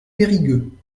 périgueux